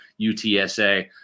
UTSA